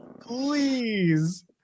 Please